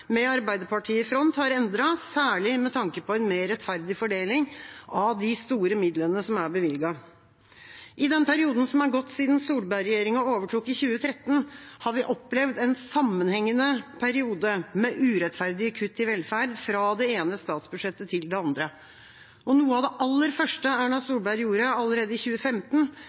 Arbeiderpartiet i front, har endret, særlig med tanke på en mer rettferdig fordeling av de store midlene som er bevilget. I den perioden som er gått siden Solberg-regjeringa overtok i 2013, har vi opplevd en sammenhengende periode med urettferdige kutt i velferd fra det ene statsbudsjettet til det andre. Noe av det aller første Erna Solberg gjorde, allerede i 2015,